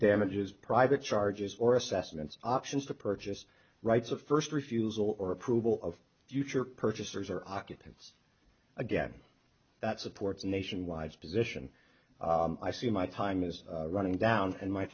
damages private charges or assessments options to purchase rights of first refusal or approval of purchasers or occupants again that supports nationwide's position i see my time is running down and my